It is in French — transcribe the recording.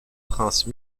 princes